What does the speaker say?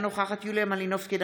אינה נוכחת יוליה מלינובסקי,